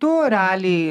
tu realiai